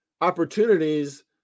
opportunities